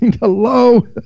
hello